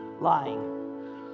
lying